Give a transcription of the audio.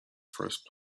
first